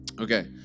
Okay